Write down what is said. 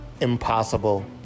impossible